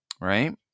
right